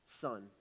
son